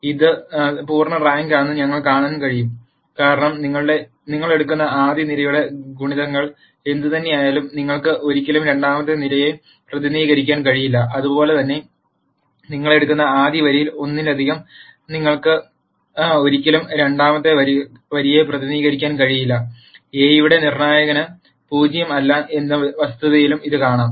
ഇത് പൂർണ്ണ റാങ്കാണെന്ന് ഞങ്ങൾക്ക് കാണാൻ കഴിയും കാരണം നിങ്ങൾ എടുക്കുന്ന ആദ്യ നിരയുടെ ഗുണിതങ്ങൾ എന്തുതന്നെയായാലും നിങ്ങൾക്ക് ഒരിക്കലും രണ്ടാമത്തെ നിരയെ പ്രതിനിധീകരിക്കാൻ കഴിയില്ല അതുപോലെ തന്നെ നിങ്ങൾ എടുക്കുന്ന ആദ്യ വരിയിൽ ഒന്നിലധികം നിങ്ങൾക്ക് ഒരിക്കലും രണ്ടാമത്തെ വരിയെ പ്രതിനിധീകരിക്കാൻ കഴിയില്ല എ യുടെ നിർണ്ണായകന് 0 അല്ല എന്ന വസ്തുതയിലും ഇത് കാണാം